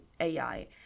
AI